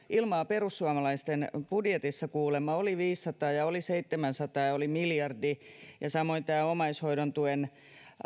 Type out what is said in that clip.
ilmaa perussuomalaisten budjetissa oli viisisataa ja oli seitsemänsataa ja oli miljardi ja samoin tästä omaishoidon tuen